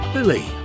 Billy